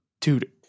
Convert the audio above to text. dude